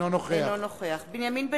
אינו נוכח בנימין בן-אליעזר,